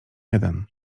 jeden